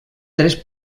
tres